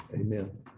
Amen